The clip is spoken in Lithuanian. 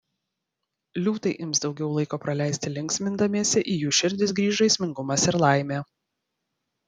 liūtai ims daugiau laiko praleisti linksmindamiesi į jų širdis grįš žaismingumas ir laimė